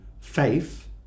faith